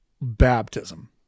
baptism